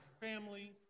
family